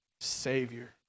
Savior